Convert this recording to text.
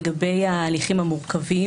לגבי ההליכים המורכבים,